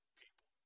people